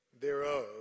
thereof